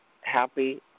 happy